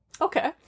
Okay